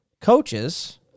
coaches